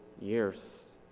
years